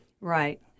Right